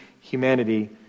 humanity